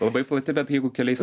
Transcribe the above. labai plati bet jeigu keliais